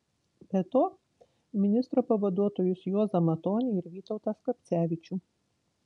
be to ministro pavaduotojus juozą matonį ir vytautą skapcevičių